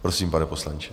Prosím, pane poslanče.